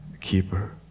keeper